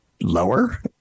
lower